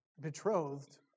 betrothed